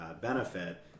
benefit